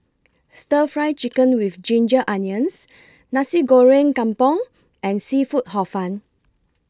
Stir Fry Chicken with Ginger Onions Nasi Goreng Kampung and Seafood Hor Fun